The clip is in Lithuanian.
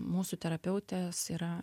mūsų terapeutės yra